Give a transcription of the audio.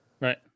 Right